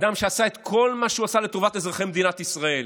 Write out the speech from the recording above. אדם שעשה כל מה שהוא עשה לטובת אזרחי מדינת ישראל.